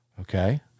Okay